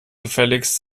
gefälligst